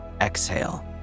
Exhale